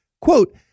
quote